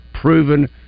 proven